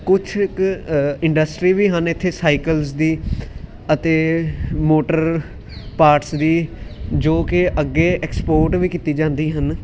ਕੁਛ ਕ ਇੰਡਸਟਰੀ ਵੀ ਹਨ ਇੱਥੇ ਸਾਈਕਲਸ ਦੀ ਅਤੇ ਮੋਟਰ ਪਾਰਟਸ ਦੀ ਜੋ ਕਿ ਅੱਗੇ ਐਕਸਪੋਰਟ ਵੀ ਕੀਤੀ ਜਾਂਦੀ ਹਨ